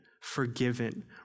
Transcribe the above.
forgiven